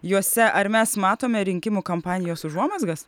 juose ar mes matome rinkimų kampanijos užuomazgas